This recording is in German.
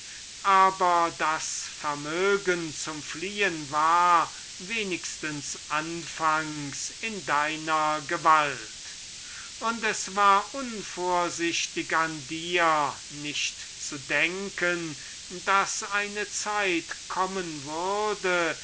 aber das vermögen dazu war wenigstens anfangs in eurer gewalt und es war unvorsichtig an euch nicht zu denken daß eine zeit kommen würde